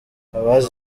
abazi